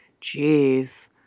jeez